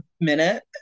minute